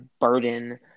burden